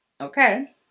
Okay